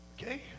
Okay